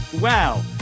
Wow